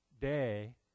day